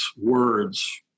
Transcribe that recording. words